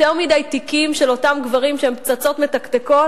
יותר מדי תיקים של אותם גברים שהם פצצות מתקתקות